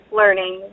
learning